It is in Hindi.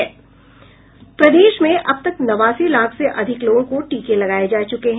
प्रदेश में अब तक नवासी लाख से अधिक लोगों को टीके लगाये जा चुके हैं